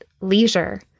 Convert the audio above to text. leisure